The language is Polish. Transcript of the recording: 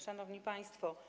Szanowni Państwo!